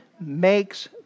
makes